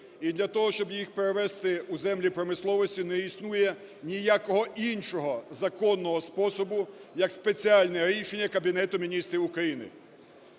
І для того, щоб їх перевести у землі промисловості не існує ніякого іншого законного способу, як спеціальне рішення Кабінету Міністрів України.